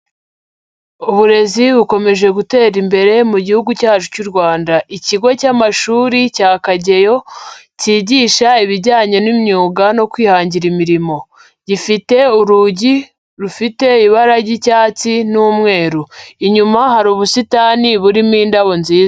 Uburezi bukomeje gutera imbere mu gihugu cyacu cy'u Rwanda, ikigo cy'amashuri cya Kageyo, cyigisha ibijyanye n'imyuga no kwihangira imirimo, gifite urugi rufite ibara ry'icyatsi n'umweru, inyuma hari ubusitani burimo indabo nziza.